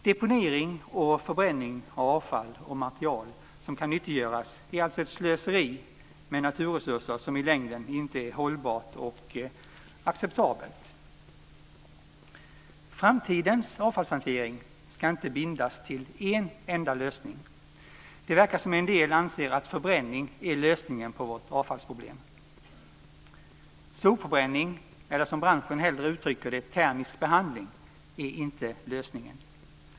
Deponering och förbränning av avfall och material som kan nyttiggöras är alltså ett slöseri med naturresurser som i längden inte är hållbart och acceptabelt. Framtidens avfallshantering ska inte bindas till en enda lösning. Det verkar som om en del anser att förbränning är lösningen på vårt avfallsproblem. Sopförbränning eller, som branschen hellre uttrycker det, termisk behandling är inte lösningen.